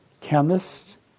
chemist